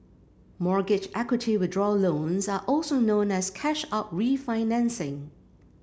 mortgage equity withdrawal loans are also known as cash out refinancing